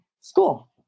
school